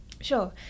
Sure